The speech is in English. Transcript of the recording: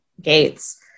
gates